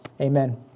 Amen